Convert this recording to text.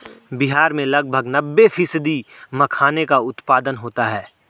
बिहार में लगभग नब्बे फ़ीसदी मखाने का उत्पादन होता है